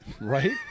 right